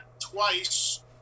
twice